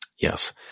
yes